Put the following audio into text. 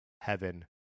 Heaven